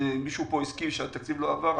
מישהו פה הזכיר שהתקציב לא עבר,